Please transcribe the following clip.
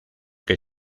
que